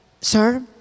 sir